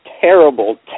terrible